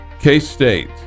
k-state